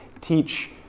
teach